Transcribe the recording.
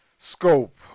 Scope